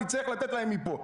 אני צריך לתת להם מפה.